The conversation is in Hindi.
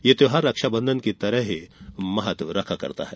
यह त्योहार रक्षाबंधन की तरह ही महत्व रखता है